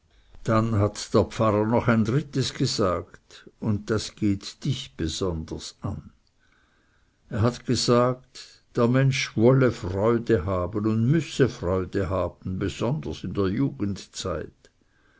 dann hat der pfarrer noch ein drittes gesagt und das geht dich besonders an er hat gesagt der mensch wolle freude haben und müsse freude haben besonders in der jugendzeit